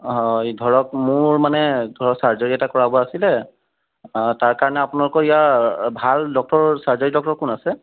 অঁ এই ধৰক মোৰ মানে ধৰক চাৰ্জাৰী এটা কৰাব আছিলে তাৰ কাৰণে আপোনালোকৰ ইয়াৰ ভাল ডক্টৰ চাৰ্জাৰী ডক্টৰ কোন আছে